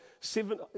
seven